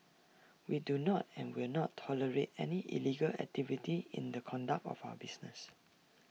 we do not and will not tolerate any illegal activity in the conduct of our business